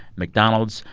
mcdonald's,